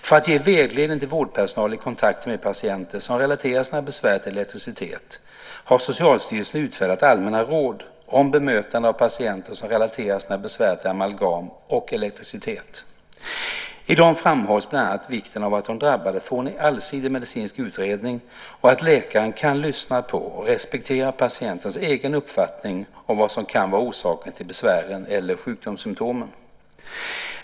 För att ge vägledning till vårdpersonal i kontakten med patienter som relaterar sina besvär till elektricitet har Socialstyrelsen utfärdat allmänna råd om bemötande av patienter som relaterar sina besvär till amalgam och elektricitet. I dem framhålls bland annat vikten av att de drabbade får en allsidig medicinsk utredning och att läkaren kan lyssna på och respektera patientens egen uppfattning om vad som kan vara orsak till besvären eller sjukdomssymtomen.